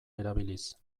erabiliz